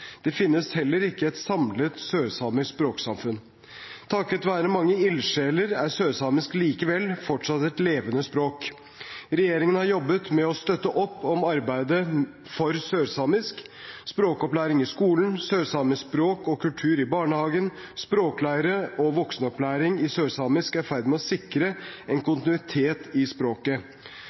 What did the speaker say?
Det finnes heller ikke et samlet sørsamisk språksamfunn. Takket være mange ildsjeler er sørsamisk likevel fortsatt et levende språk. Regjeringen har jobbet med å støtte opp om arbeidet for sørsamisk, språkopplæring i skolen, sørsamisk språk og kultur i barnehagen, språkleirer og voksenopplæring i sørsamisk er i ferd med å sikre en kontinuitet i språket.